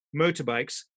motorbikes